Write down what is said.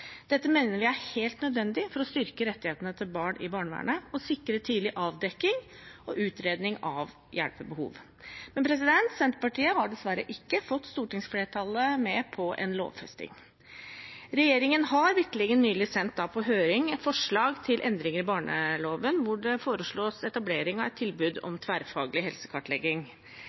Dette mener vi er helt nødvendig for å styrke rettighetene til barn i barnevernet og for å sikre tidlig avdekking og utredning av hjelpebehov. Men Senterpartiet har dessverre ikke fått stortingsflertallet med på en lovfesting. Regjeringen har vitterlig nylig sendt på høring et forslag til endring i barnevernsloven der det foreslås etablering av et tilbud om tverrfaglig helsekartlegging.